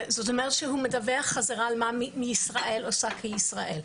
זאת אומרת שהוא מדווח חזרה על מה ישראל עושה כישראל.